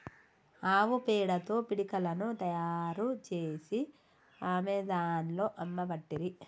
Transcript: ఆవు పేడతో పిడికలను తాయారు చేసి అమెజాన్లో అమ్మబట్టిరి